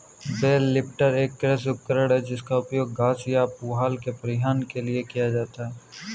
bell lifter एक कृषि उपकरण है जिसका उपयोग घास या पुआल के परिवहन के लिए किया जाता है